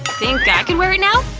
think i could wear it now?